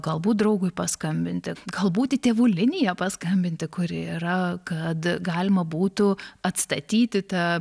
galbūt draugui paskambinti galbūt į tėvų liniją paskambinti kuri yra kad galima būtų atstatyti tą